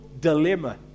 dilemma